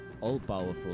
all-powerful